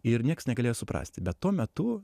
ir nieks negalėjo suprasti bet tuo metu